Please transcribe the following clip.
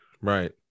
right